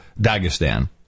Dagestan